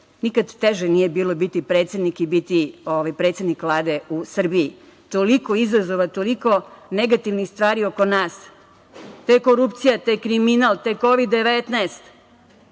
redom. Nikad teže nije bilo biti predsednik i biti predsednik Vlade u Srbiji. Toliko izazova, toliko negativnih stvari oko nas. Te korupcija, te kriminal, te Kovid-19.